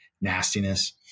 nastiness